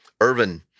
Irvin